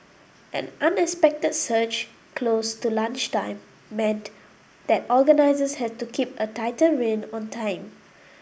an unexpected surge close to lunchtime meant that organisers had to keep a tighter rein on time